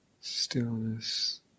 Stillness